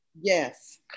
Yes